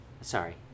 sorry